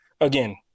again